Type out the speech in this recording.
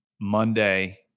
Monday